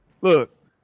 Look